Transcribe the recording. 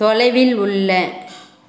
தொலைவில் உள்ள